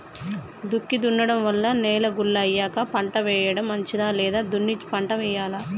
దుక్కి దున్నడం వల్ల నేల గుల్ల అయ్యాక పంట వేయడం మంచిదా లేదా దున్ని పంట వెయ్యాలా?